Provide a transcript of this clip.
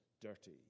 dirty